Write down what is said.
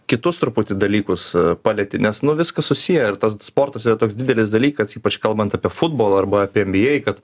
kitus truputį dalykus palieti nes nu viskas susiję ir tas sportas yra toks didelis dalykas ypač kalbant apie futbolą arba apie nba kad